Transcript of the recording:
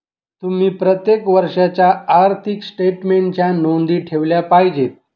तुम्ही प्रत्येक वर्षाच्या आर्थिक स्टेटमेन्टच्या नोंदी ठेवल्या पाहिजेत